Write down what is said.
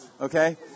Okay